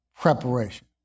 preparation